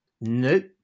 Nope